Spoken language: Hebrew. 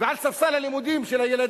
ועל ספסל הלימודים של הילדים,